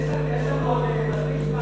יש לנו עוד מספיק זמן,